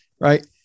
right